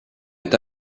est